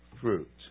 fruit